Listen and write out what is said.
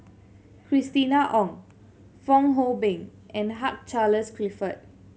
Christina Ong Fong Hoe Beng and Hugh Charles Clifford